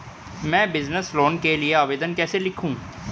मैं business loan के लिए आवेदन कैसे लिखूँ?